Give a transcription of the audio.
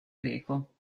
greco